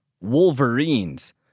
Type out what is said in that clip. wolverines